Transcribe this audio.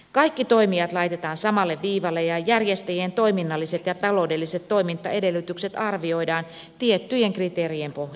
kaikki toimijat laitetaan samalle viivalle ja järjestäjien toiminnalliset ja taloudelliset toimintaedellytykset arvioidaan tiettyjen kriteerien näkökulmasta